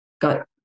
got